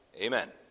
Amen